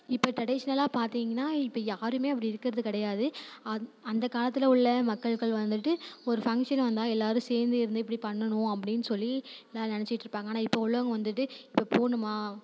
இப்போ ட்ரெடிஷனலாக பார்த்தீங்கனா இப்போ யாருமே அப்படி இருக்கிறது கிடையாது அந் அந்த காலத்தில் உள்ள மக்கள்கள் வந்துட்டு ஒரு ஃபங்க்ஷன் வந்தால் எல்லாேரும் சேர்ந்து இருந்து இப்படி பண்ணணும் அப்படின்னு சொல்லி எல்லாேரும் நினைச்சிட்டு இருப்பாங்க ஆனால் இப்போ உள்ளவங்க வந்துட்டு இப்போ போகணுமா